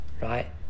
Right